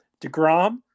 DeGrom